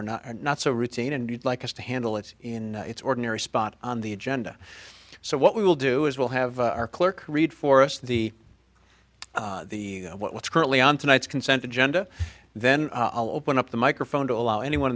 or not not so routine and you'd like us to handle it in its ordinary spot on the agenda so what we will do is we'll have our clerk read for us the the what's currently on tonight's consent agenda then i'll open up the microphone to allow anyone